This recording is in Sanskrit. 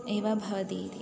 एव भवन्ति इति